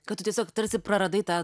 kad tu tiesiog tarsi praradai tą